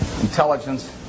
intelligence